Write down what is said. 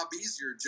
easier